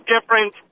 different